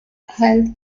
health